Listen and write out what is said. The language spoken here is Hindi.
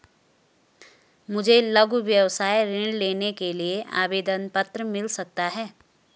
मुझे लघु व्यवसाय ऋण लेने के लिए आवेदन पत्र मिल सकता है?